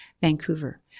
Vancouver